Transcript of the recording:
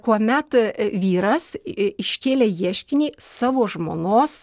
kuomet vyras iškėlė ieškinį savo žmonos